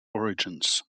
origins